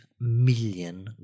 million